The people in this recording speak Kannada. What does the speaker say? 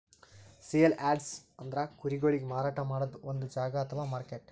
ಸೇಲ್ ಯಾರ್ಡ್ಸ್ ಅಂದ್ರ ಕುರಿಗೊಳಿಗ್ ಮಾರಾಟ್ ಮಾಡದ್ದ್ ಒಂದ್ ಜಾಗಾ ಅಥವಾ ಮಾರ್ಕೆಟ್